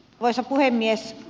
arvoisa puhemies